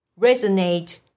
resonate